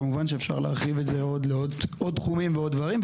כמובן שאפשר להרחיב את זה לעוד תחומים ועוד דברים.